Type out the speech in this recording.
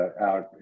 out